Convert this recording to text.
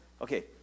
Okay